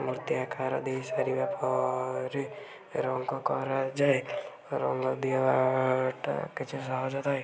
ମୂର୍ତ୍ତି ଆକାର ଦେଇ ସାରିବା ପରେ ରଙ୍ଗ କରାଯାଏ ରଙ୍ଗ ଦିଆ ଟା କିଛି ସହଜ ଥାଏ